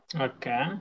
Okay